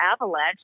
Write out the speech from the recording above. Avalanche